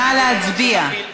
נא להצביע.